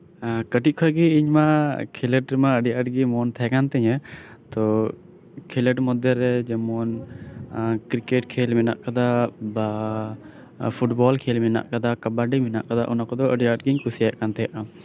ᱦᱮᱸ ᱠᱟᱴᱤᱡ ᱠᱷᱚᱱ ᱜᱮ ᱤᱧ ᱢᱟ ᱠᱷᱮᱞᱳᱰ ᱢᱟ ᱟᱰᱤ ᱟᱸᱴ ᱜᱮ ᱢᱚᱱ ᱛᱟᱦᱮᱸ ᱠᱟᱱ ᱛᱤᱧᱟᱹ ᱛᱚ ᱠᱷᱮᱞᱳᱰ ᱢᱚᱫᱽᱫᱷᱨᱮ ᱡᱮᱢᱚᱱᱠᱨᱤᱠᱮᱴ ᱠᱷᱮᱞ ᱢᱮᱱᱟᱜ ᱠᱟᱫᱟ ᱵᱟ ᱯᱷᱩᱴᱵᱚᱞ ᱠᱷᱮᱞ ᱢᱮᱱᱟᱜ ᱠᱟᱫᱟ ᱠᱟᱵᱟᱰᱤ ᱢᱮᱱᱟᱜ ᱟᱠᱟᱫᱟ ᱚᱱᱟ ᱠᱚᱫᱚ ᱟᱰᱤ ᱟᱸᱴ ᱜᱤᱧ ᱠᱩᱥᱤᱭᱟᱜ ᱠᱟᱱ ᱛᱟᱦᱮᱸᱫ